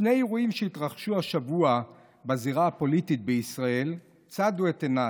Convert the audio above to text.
שני אירועים שהתרחשו השבוע בזירה הפוליטית בישראל צדו את עיניי.